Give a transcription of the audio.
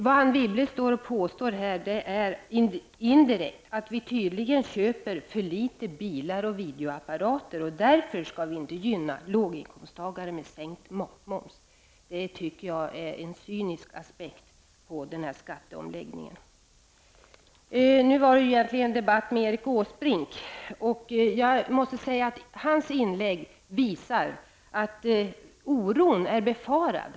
Vad Anne Wibble indirekt påstår är att vi tydligen köper för litet bilar och videoapparater och att vi därför inte skall gynna inkomsttagare med sänkt matmoms. Detta tycker jag är en cynisk aspekt på skatteomläggningen. Nu var det egentligen en debatt med Erik Åsbrink vi skulle föra. Hans inälgg visar att vår oro är befogad.